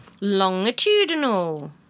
Longitudinal